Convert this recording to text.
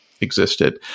existed